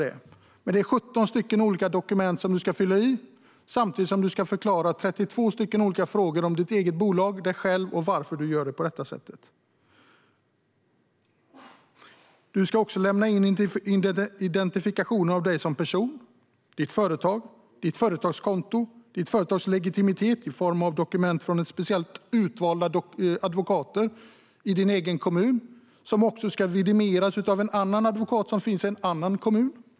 Det är 17 olika dokument som du ska fylla i, samtidigt som du ska besvara 32 frågor om ditt bolag, dig själv och varför du gör på det här sättet. Du ska också lämna in identifikation av dig som person, ditt företag, ditt företagskonto och ditt företags legitimitet i form av dokument från speciellt utvalda advokater i din egen kommun, vilket också ska vidimeras av en annan advokat i en annan kommun.